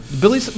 Billy